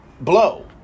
blow